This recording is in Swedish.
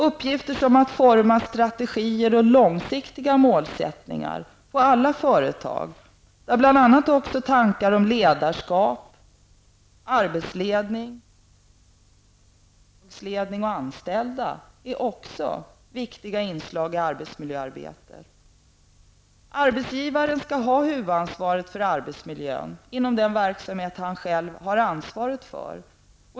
Uppgifter som att forma strategier och långsiktiga målsättningar för alla företag, där bl.a. tankar om ledarskap, arbetsledning och relationer mellan företagsledning och anställda är viktiga inslag i detta arbete. Arbetsgivaren skall ha huvudansvaret för arbetsmiljön inom den verksamhet han bedriver.